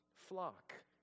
flock